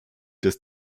des